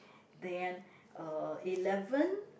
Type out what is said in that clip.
then uh eleven